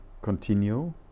continue